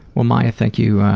well, maia, thank you,